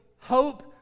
hope